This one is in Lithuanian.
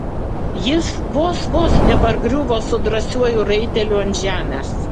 jis vos vos nepargriuvo su drąsiuoju raiteliu ant žemės